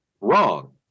wrong